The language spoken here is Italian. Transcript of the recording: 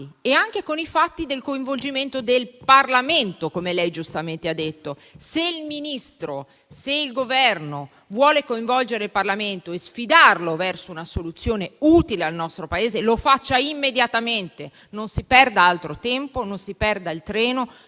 e anche con il coinvolgimento del Parlamento, come lei giustamente ha detto; se il Ministro e il Governo vogliono coinvolgere il Parlamento e sfidarlo verso una soluzione utile al nostro Paese, lo faccia immediatamente. Non si perda altro tempo e non si perda il treno